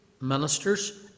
ministers